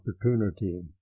opportunity